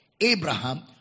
Abraham